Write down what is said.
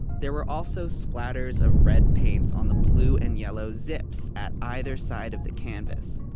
there were also splatters of red paints on the blue and yellow zips at either side of the canvas,